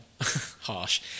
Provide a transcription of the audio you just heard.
harsh